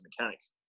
mechanics